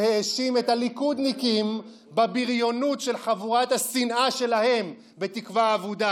שהאשים את הליכודניקים בבריונות של חבורת השנאה שלהם בתקווה אבודה.